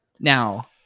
Now